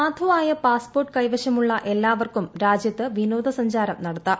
സാധുവായ പാസ്പോർട്ട് കൈവശമുള്ള എല്ലാവർക്കും രാജ്യത്ത് വിനോദസഞ്ചാരം നടത്താം